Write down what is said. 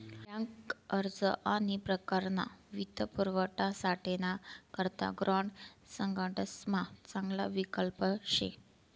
bank अर्ज आणि अन्य प्रकारना वित्तपुरवठासाठे ना करता ग्रांड सगडासमा चांगला विकल्प शे